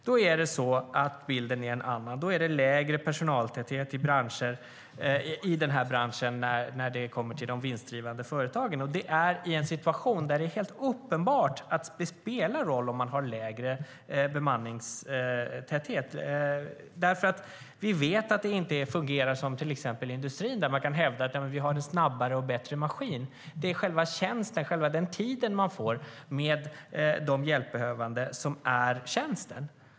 Då är bilden en annan; då är det lägre personaltäthet i den här branschen när det kommer till de vinstdrivande företagen - och det i en situation där det helt uppenbart spelar roll om man har lägre bemanningsgrad. Vi vet nämligen att det inte fungerar som till exempel i industrin, där man kan hävda att man har en snabbare och bättre maskin. Det är själva den tid de anställda får med de hjälpbehövande som är tjänsten.